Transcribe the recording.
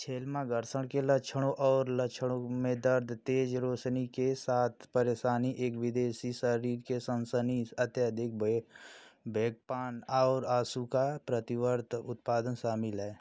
छेलेमा घर्षण के लक्षणों और लक्षणों में दर्द तेज़ रौशनी के साथ परेशानी एक विदेशी शरीर की सनसनी अत्यधिक भेग भेंगापन और आँसू का प्रतिवर्त उत्पादन शामिल है